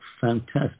fantastic